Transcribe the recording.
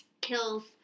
kills